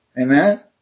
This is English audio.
Amen